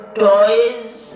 toys